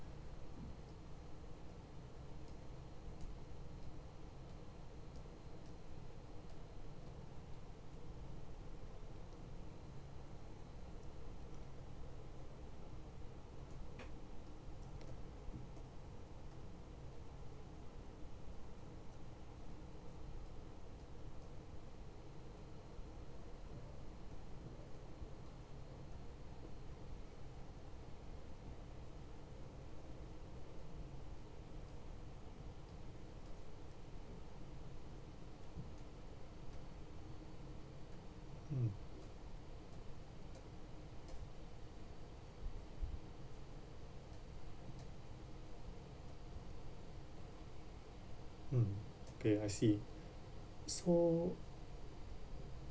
mm mm okay I see so